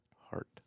heart